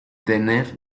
tener